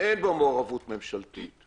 שאין בו מעורבות ממשלתית,